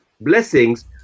blessings